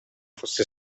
fosse